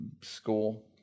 school